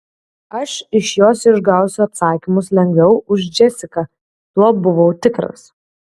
aš iš jos išgausiu atsakymus lengviau už džesiką tuo buvau tikras